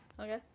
Okay